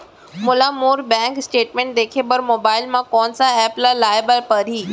मोला मोर bank statement देखे बर मोबाइल मा कोन सा एप ला लाए बर परही?